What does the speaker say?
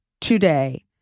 today